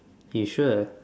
you sure